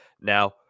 Now